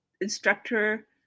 instructor